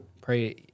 pray